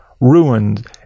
ruined